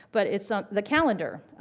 but it's ah the calendar.